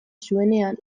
zuenean